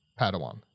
Padawan